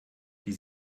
die